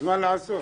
מה לעשות?